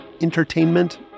entertainment